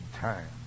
time